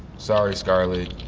sorry, scarlett.